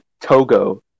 Togo